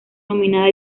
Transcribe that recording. nominada